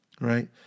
right